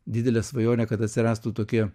didelė svajonė kad atsirastų tokie